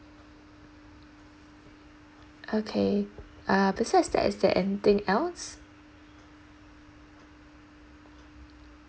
okay uh besides that is there anything else